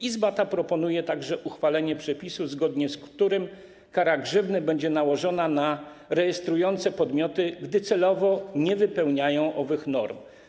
Izba ta proponuje także uchwalenie przepisu, zgodnie z którym kara grzywny będzie nałożona na rejestrujące podmioty, gdy celowo nie wypełniają owych norm.